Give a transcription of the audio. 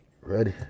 Ready